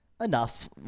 enough